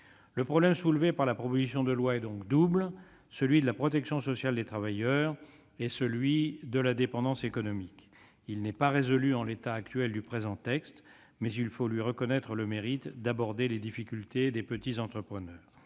économique. La proposition de loi soulève donc un double problème : celui de la protection sociale des travailleurs et celui de la dépendance économique. Il n'est pas résolu en l'état actuel du présent texte, mais il faut reconnaître à celui-ci le mérite d'aborder les difficultés des petits entrepreneurs.